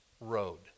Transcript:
Road